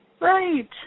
Right